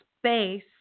space